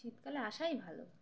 শীতকালে আসাই ভালো